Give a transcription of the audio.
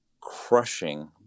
crushing